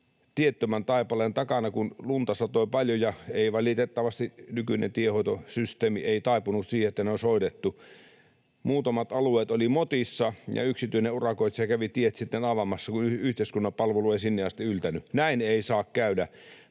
tiettömän taipaleen takana, kun lunta satoi paljon ja valitettavasti nykyinen tienhoitosysteemi ei taipunut siihen, että ne olisi hoidettu. Muutamat alueet olivat motissa, ja yksityinen urakoitsija kävi tiet sitten avaamassa, kun yhteiskunnan palvelu ei sinne asti yltänyt. Näin ei saa käydä.